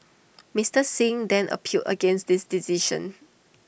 Mister Singh then appealed against this decision